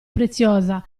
preziosa